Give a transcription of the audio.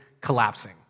collapsing